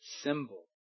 symbol